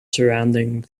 surrounding